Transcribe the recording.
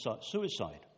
suicide